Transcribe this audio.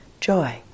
joy